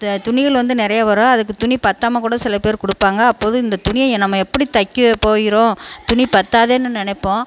துணிகள் வந்து நிறைய வரும் அதுக்கு துணி பத்தாமல் கூட சில பேர் கொடுப்பாங்க அப்போது இந்த துணியை நம்ம எப்படி தைக்க போகிறோம் துணி பற்றாதேன்னு நினைப்போம்